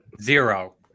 zero